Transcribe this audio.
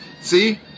See